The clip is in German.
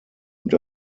und